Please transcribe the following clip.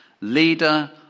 Leader